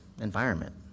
environment